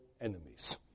enemies